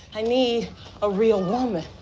i need a real woman